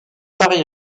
pari